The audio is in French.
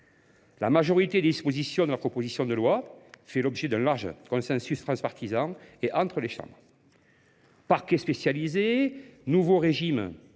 La majorité des dispositions de la composition de lois fait l'objet d'un large consensus transpartisan et entre les chambres. Parquets spécialisés, nouveaux régimes